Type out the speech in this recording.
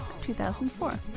2004